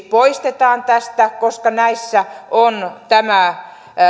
poistetaan tästä koska näissä on tämä